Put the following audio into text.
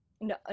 no